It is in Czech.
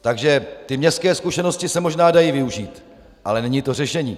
Takže městské zkušenosti se možná dají využít, ale není to řešení.